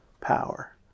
power